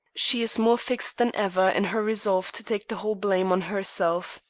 she is more fixed than ever in her resolve to take the whole blame on herself.